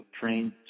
trained